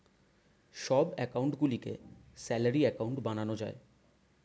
সব অ্যাকাউন্ট গুলিকে salary account বানানো যায়